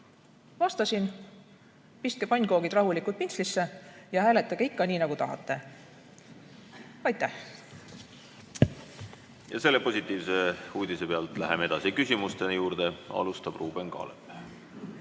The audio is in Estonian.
vastasin, et pistke pannkoogid rahulikult pintslisse ja hääletage ikka nii, nagu tahate. Aitäh! Selle positiivse uudise pealt läheme edasi küsimuste juurde. Alustab Ruuben Kaalep.